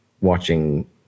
watching